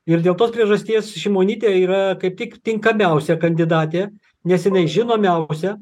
ir dėl tos priežasties šimonytė yra kaip tik tinkamiausia kandidatė nes jinai žinomiausia